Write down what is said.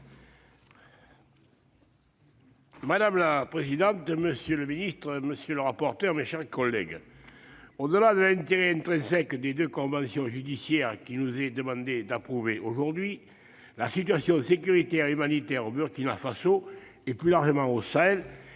Madame la présidente, monsieur le secrétaire d'État, mes chers collègues, au-delà de l'intérêt intrinsèque des deux conventions judiciaires qu'il nous est demandé d'approuver aujourd'hui, la situation sécuritaire et humanitaire au Burkina Faso et, plus largement, au Sahel,